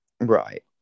right